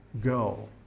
go